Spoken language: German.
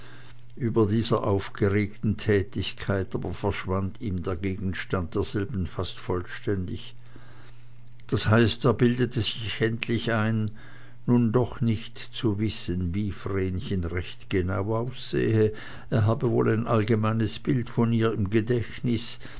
über dieser aufgeregten tätigkeit aber verschwand ihm der gegenstand derselben fast vollständig das heißt er bildete sich endlich ein nun doch nicht zu wissen wie vrenchen recht genau aussehe er habe wohl ein allgemeines bild von ihr im gedächtnis